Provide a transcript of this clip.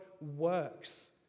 works